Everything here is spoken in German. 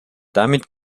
damit